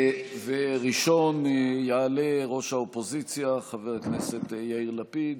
ראשון יעלה ראש האופוזיציה חבר הכנסת יאיר לפיד,